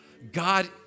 God